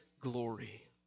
glory